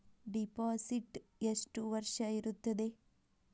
Deposit ಎಷ್ಟು ವರ್ಷ ಇರುತ್ತದೆ?